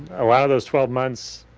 a lot of those twelve months,